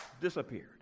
disappeared